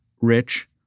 rich